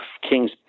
King's